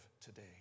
today